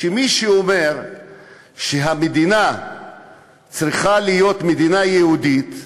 כשמישהו אומר שהמדינה צריכה להיות מדינה יהודית,